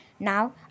Now